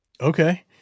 Okay